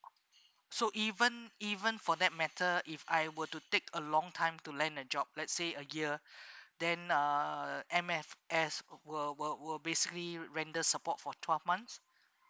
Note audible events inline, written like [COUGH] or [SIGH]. so even even for that matter if I were to take a long time to land a job let's say a year [BREATH] then uh M_S_F will will will basically render support for twelve months